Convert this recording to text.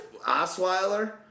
Osweiler